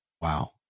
Wow